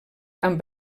amb